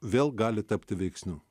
vėl gali tapti veiksniu